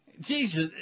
Jesus